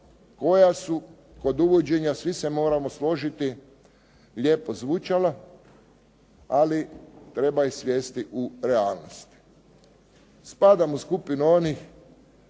koja su kod uvođenja, svi se moramo složiti, lijepo zvučala, ali treba ih svesti u realnosti. Spadam u skupinu onih